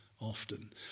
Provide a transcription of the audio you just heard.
often